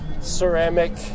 ceramic